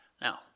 Now